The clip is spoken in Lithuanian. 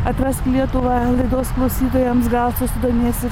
atrask lietuvą laidos klausytojams gal susidomės